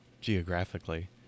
geographically